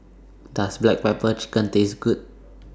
Does Black Pepper Chicken Taste Good